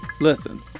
Listen